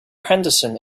henderson